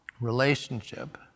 relationship